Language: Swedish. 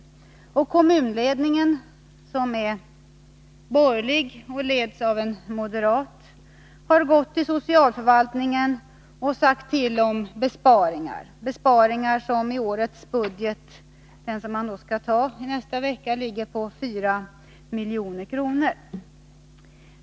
Kommunledningen, som är borgerlig med en moderat ordförande, har gått till socialförvaltningen och sagt till om besparingar, besparingar som i årets budget — som skall fastställas i nästa vecka — ligger på 4 milj.kr.